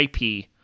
IP